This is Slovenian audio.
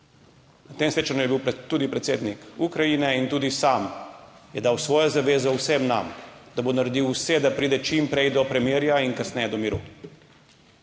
Na tem srečanju je bil tudi predsednik Ukrajine in tudi sam je dal svojo zavezo vsem nam, da bo naredil vse, da pride čim prej do premirja in kasneje do miru.